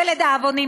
ולדאבוני,